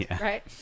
Right